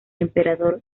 emperador